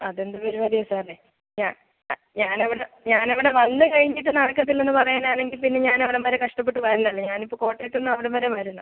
അതെന്ത് പരിപാടിയാണ് സാറേ ഞാൻ അവിടെ ഞാൻ അവിടെ വന്ന് കഴിഞ്ഞിട്ട് നടക്കത്തില്ലെന്ന് പറയാനാണെങ്കിൽ പിന്നെ ഞാൻ അവിടം വരെ കഷ്ടപ്പെട്ട് വരേണ്ടല്ലോ ഞാൻ ഇപ്പോൾ കോട്ടയത്തുനിന്ന് അവിടംവരെ വരണം